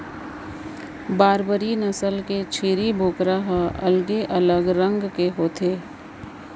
बारबरी नसल के छेरी बोकरा ह अलगे अलग रंग के होथे